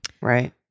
Right